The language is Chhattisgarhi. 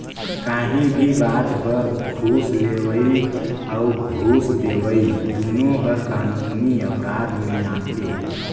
काहीं भी बात बर घूस लेहई अउ घूस देहई दुनो हर कानूनी अपराध में आथे